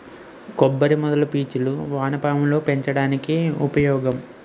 కొబ్బరి మొదల పీచులు వానపాములు పెంచడానికి ఉపయోగం